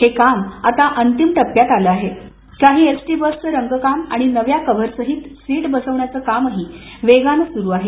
हे काम आता अंतिम टप्प्यात आलं असून काही एसटी बसचं रंगकाम आणि नव्या कव्हरसहित सीट बसवण्याचं काम वेगाने सुरू आहे